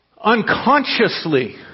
Unconsciously